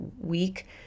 week